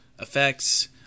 effects